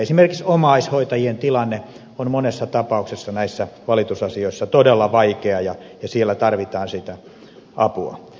esimerkiksi omaishoitajien tilanne on monessa tapauksessa näissä valitusasioissa todella vaikea ja siellä tarvitaan apua